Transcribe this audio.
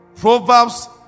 Proverbs